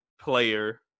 player